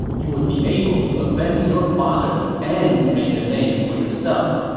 you would be able to avenge your father and make a name for yourself.